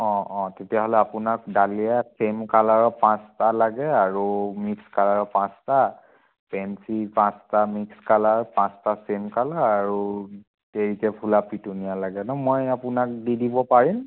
অ' অ' তেতিয়াহ'লে আপোনাক ডালিয়া চে'ম কালাৰৰ পাঁচটা লাগে আৰু মিক্স কালাৰৰ পাঁচটা পেঞ্চি পাঁচটা মিক্স কালাৰৰ পাঁচটা চে'ম কালাৰ আৰু দেৰিকৈ ফুলা পিটুনিয়া লাগে ন মই আপোনাক দি দিব পাৰিম